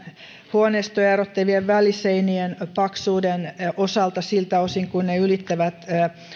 huoneistoja erottavien väliseinien paksuuden osalta siltä osin kuin ne ylittävät